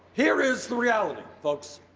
here is the reality, folks.